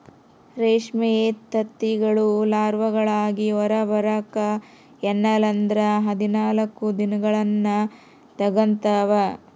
ರೇಷ್ಮೆ ತತ್ತಿಗಳು ಲಾರ್ವಾಗಳಾಗಿ ಹೊರಬರಕ ಎನ್ನಲ್ಲಂದ್ರ ಹದಿನಾಲ್ಕು ದಿನಗಳ್ನ ತೆಗಂತಾವ